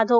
धो